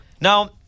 Now